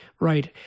right